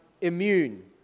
immune